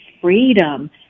freedom